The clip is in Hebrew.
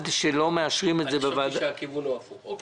אני חשבתי שהכיוון הוא הפוך.